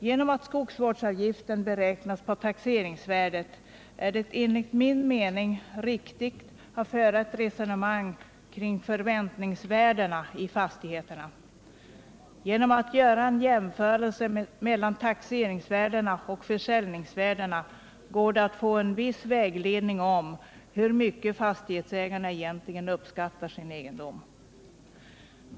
Genom att skogsvårdsavgiften beräknas på taxeringsvärdet är det enligt min mening riktigt att föra ett resonemang kring förväntningsvärdena i fastigheterna. Genom att göra en jämförelse mellan taxeringsvärdena och försäljningsvärdena går det att få en viss vägledning om hur mycket fastighetsägarna egentligen uppskattar sin egendom.